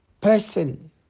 person